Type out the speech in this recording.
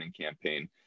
campaign